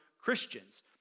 Christians